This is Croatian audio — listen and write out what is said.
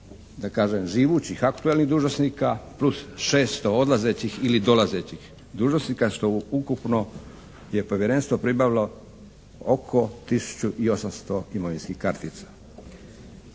da kažem živućih aktualnih dužnosnika plus 600 odlazećih ili dolazećih dužnosnika, što ukupno je Povjerenstvo pribavilo oko tisuću i 800 imovinskih kartica.